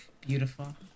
Beautiful